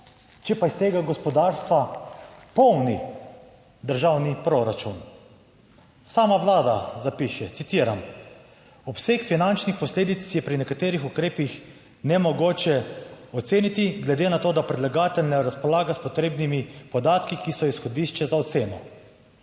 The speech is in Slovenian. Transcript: če pa iz tega gospodarstva polni državni proračun. Sama Vlada zapiše (citiram): "Obseg finančnih posledic je pri nekaterih ukrepih nemogoče oceniti, glede na to, da predlagatelj ne razpolaga s potrebnimi podatki, ki so izhodišče za oceno."